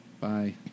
bye